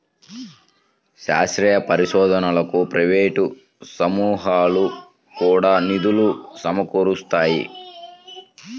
శాస్త్రీయ పరిశోధనకు ప్రైవేట్ సమూహాలు కూడా నిధులు సమకూరుస్తాయి